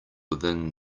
within